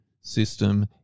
system